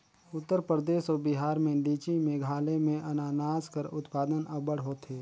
उत्तर परदेस अउ बिहार में लीची, मेघालय में अनानास कर उत्पादन अब्बड़ होथे